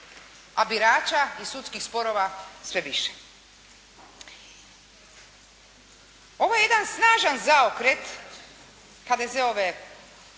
a birača i sudskih sporova sve više. Ovo je jedan snažan zaokret HDZ-ove